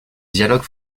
dialogues